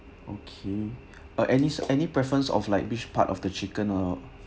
okay uh any any preference of like which part of the chicken uh